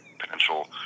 potential